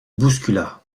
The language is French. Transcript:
bouscula